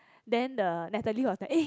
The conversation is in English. then the Natalie was like eh